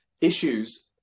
issues